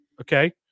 okay